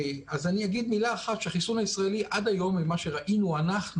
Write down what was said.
אני אגיד מילה אחת, שעד היום, ממה שראינו אנחנו